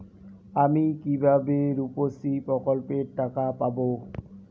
আমি কিভাবে রুপশ্রী প্রকল্পের টাকা পাবো?